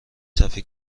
صفحه